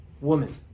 woman